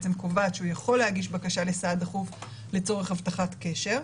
קובעת שהוא יכול להגיש בקשה לסעד דחוף לצורך הבטחת קשר.